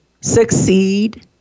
succeed